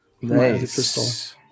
Nice